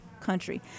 country